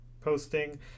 posting